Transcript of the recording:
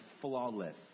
flawless